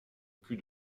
cul